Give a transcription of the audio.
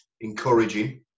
encouraging